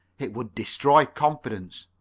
it would destroy confidence.